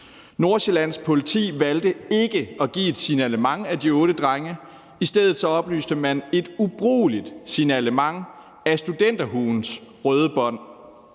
Nordsjællands Politi valgte ikke at give et signalement af de otte drenge; i stedet oplyste man et ubrugeligt signalement af studenterhuens røde bånd.